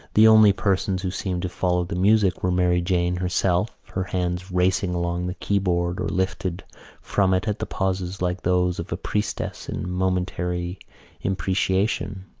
the only persons who seemed to follow the music were mary jane herself, her hands racing along the key-board or lifted from it at the pauses like those of a priestess in momentary imprecation,